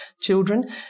children